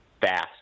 fast